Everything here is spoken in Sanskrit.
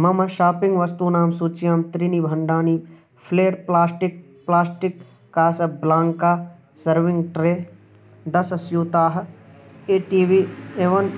मम शाप्पिङ्ग् वस्तूनां सूच्यां त्रीणि भाण्डाणि फ्लेड् प्लास्टिक् प्लास्टिक् कासप् ब्लाङ्का सर्विङ्ग् ट्रे दशस्यूताः ए टि वि एवन्